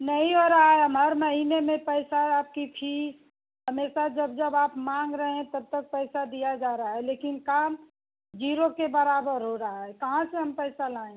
नहीं हो रहा है हम हर महीने में पैसा है आपकी फ़ी हमेशा जब जब आप मांग रहे हैं तब तब पैसा दिया जा रहा है लेकिन काम जीरो के बराबर हो रहा है कहाँ से हम पैसा लाएँगे